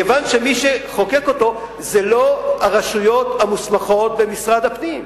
כיוון שמי שחוקק אותו זה לא הרשויות המוסמכות במשרד הפנים,